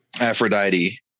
aphrodite